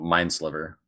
Mindsliver